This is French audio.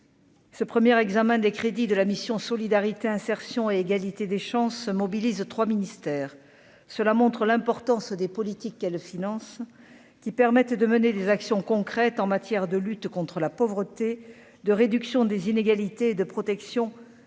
ce premier examen des crédits de la mission Solidarité, insertion et égalité des chances, mobilise 3 ministères, cela montre l'importance des politiques qu'elle finance qui permettent de mener des actions concrètes en matière de lutte contre la pauvreté, de réduction des inégalités, de protection